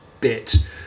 bit